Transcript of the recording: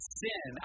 sin